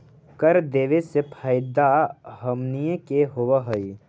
कर देबे से फैदा हमनीय के होब हई